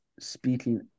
speaking